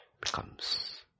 becomes